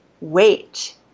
Wait